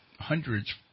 hundreds